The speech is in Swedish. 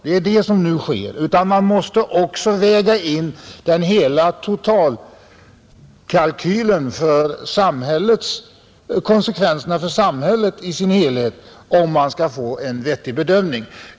Det är vad som nu sker, men man måste också väga in konsekvenserna för samhället, om man skall få en vettig bedömning.